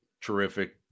terrific